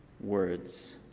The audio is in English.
words